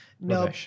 No